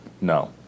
No